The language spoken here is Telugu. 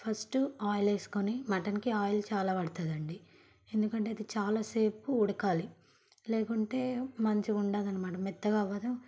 ఫస్ట్ ఆయిల్ వేసుకొని మటన్కి ఆయిల్ చాలా పడుతుంది అండి ఎందుకంటే అది చాలా సేపు ఉడకాలి లేకుంటే మంచిగా ఉండదన్నమాట మెత్తగా అవదు